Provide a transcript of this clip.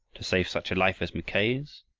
to save such a life as mackay's!